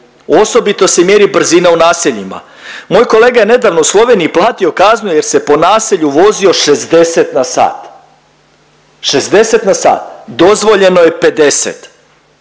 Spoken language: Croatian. Osobito se mjeri brzina u naseljima. Moj kolega je nedavno u Sloveniji platio kaznu jer se po naselju vozio 60 na sat, 60 na sat, dozvoljeno je 50.